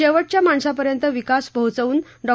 शेवटच्या माणसापर्यंत विकास पोहोचवून डॉ